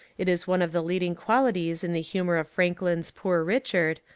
it is one of the leading qualities in the humour of franklin's poor richard,